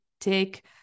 take